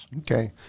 Okay